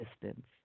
distance